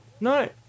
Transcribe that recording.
No